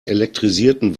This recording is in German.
elektrisierten